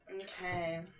Okay